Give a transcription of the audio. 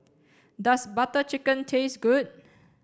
does Butter Chicken taste good